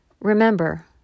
Remember